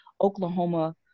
Oklahoma